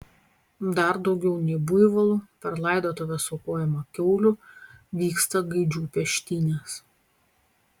dar daugiau nei buivolų per laidotuves aukojama kiaulių vyksta gaidžių peštynės